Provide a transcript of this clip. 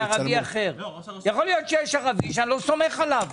יכול להיות שיש ערבי שאני לא סומך עליו.